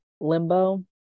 limbo